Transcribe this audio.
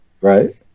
Right